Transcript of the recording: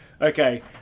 Okay